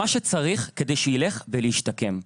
מה שצריך כדי שילך וישתקם.